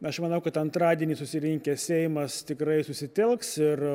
aš manau kad antradienį susirinkęs seimas tikrai susitelks ir